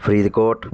Faridkot